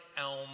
elm